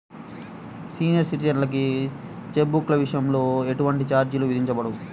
senior సిటిజన్లకి cheque బుక్ల విషయంలో ఎటువంటి ఛార్జీలు విధించబడవు